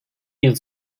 yıl